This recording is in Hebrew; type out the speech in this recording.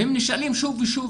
והם נשאלים שוב ושוב,